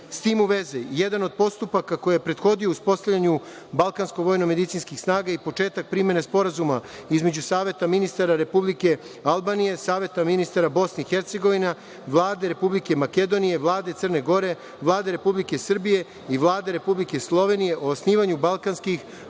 tim u vezi, jedan od postupaka koji je prethodio uspostavljanju Balkansko vojnomedicinskih snaga i početku primene Sporazuma između Saveta ministara Republike Albanije, Saveta ministara Bosne i Hercegovine, Vlade Republike Makedonije, Vlade Crne Gore, Vlade Republike Srbije i Vlade Republike Slovenije o osnivanju Balkanskih